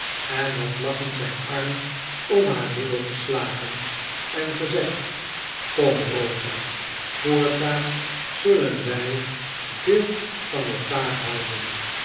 en had lachend zijn arm om haar middel gestagen en gezegd kom rosa voortaan zullen wij veel van elkaar houden